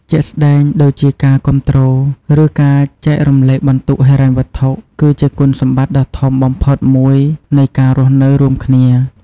ជាក់ស្ដែងដូចជា ការគាំទ្រ ឬការចែករំលែកបន្ទុកហិរញ្ញវត្ថុ គឺជាគុណសម្បត្តិដ៏ធំបំផុតមួយនៃការរស់នៅរួមគ្នា។